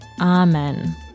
Amen